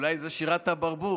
אולי זו שירת הברבור,